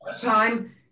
Time